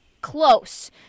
close